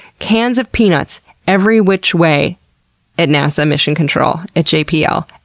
cans of peanuts every which way at nasa mission control at jpl.